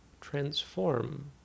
transform